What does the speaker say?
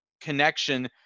connection